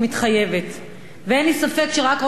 ואין לי ספק שרק ראש הממשלה בנימין נתניהו